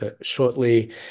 shortly